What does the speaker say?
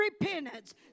repentance